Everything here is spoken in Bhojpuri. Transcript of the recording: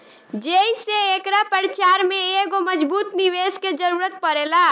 जेइसे एकरा प्रचार में एगो मजबूत निवेस के जरुरत पड़ेला